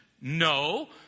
No